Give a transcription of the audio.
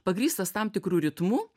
pagrįstas tam tikru ritmu